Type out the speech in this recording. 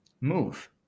move